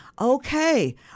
okay